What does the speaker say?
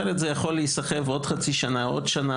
אחרת זה יכול להיסחב עוד חצי שנה, עוד שנה.